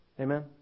Amen